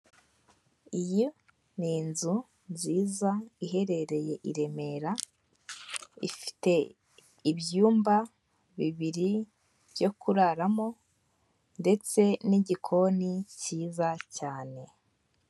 Iyi ni inzu nziza iherereye i Remera, ifite ibyumba bibiri byo kuraramo ndetse n'igikoni cyiza cyane.